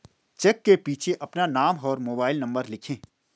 check के पीछे अपना नाम और मोबाइल नंबर लिखें